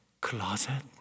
closet